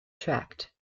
tract